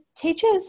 Teachers